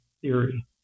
theory